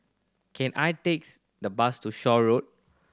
can I takes the bus to Shaw Road